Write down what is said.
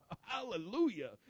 Hallelujah